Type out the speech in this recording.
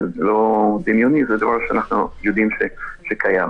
זה לא דמיוני אלא דבר שאנחנו יודעים שקיים.